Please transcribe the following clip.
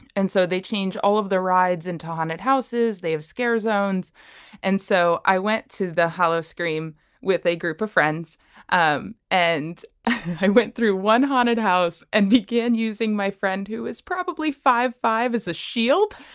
and so they change all of the rides into haunted houses. they have scary zones and so i went to the hollow scream with a group of friends um and i i went through one haunted house and began using my friend who is probably five five as a shield.